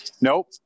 Nope